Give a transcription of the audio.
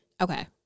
Okay